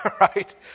right